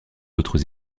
autres